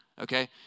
okay